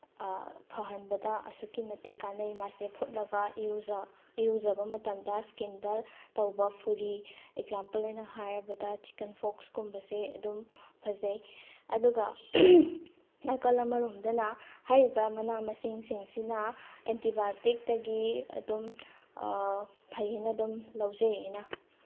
ꯐꯍꯟꯕꯗ ꯑꯁꯨꯛꯀꯤ ꯃꯇꯤꯛ ꯀꯥꯅꯩ ꯃꯥꯁꯦ ꯐꯨꯠꯂꯒ ꯏꯔꯨꯖꯕ ꯃꯇꯝꯗ ꯏꯁꯀꯤꯟꯗ ꯇꯧꯕ ꯐꯨꯔꯤ ꯑꯦꯛꯖꯥꯝꯄꯜ ꯑꯣꯏꯅ ꯍꯥꯏꯔꯕꯗ ꯆꯤꯛꯀꯟ ꯄꯣꯛꯁꯀꯨꯝꯕꯁꯦ ꯑꯗꯨꯝ ꯐꯖꯩ ꯑꯗꯨꯒ ꯅꯥꯀꯜ ꯑꯃꯔꯣꯝꯗꯅ ꯍꯥꯏꯔꯤꯕ ꯃꯅꯥ ꯃꯁꯤꯡꯁꯤꯡꯁꯤꯅ ꯑꯦꯟꯇꯤꯕꯥꯏꯌꯣꯇꯤꯛꯇꯒꯤ ꯑꯗꯨꯝ ꯐꯩꯌꯦꯅ ꯑꯗꯨꯝ ꯂꯧꯖꯩ ꯑꯩꯅ